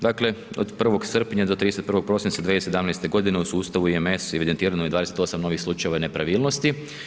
Dakle, od 1. srpnja do 31. prosinca 2017. godine u sustavu IMS evidentirano je 28 novih slučajeva nepravilnosti.